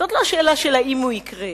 זאת לא שאלה של האם הוא יקרה,